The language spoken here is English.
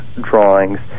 drawings